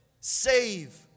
save